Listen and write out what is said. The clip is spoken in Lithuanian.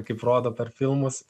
kaip rodo per filmus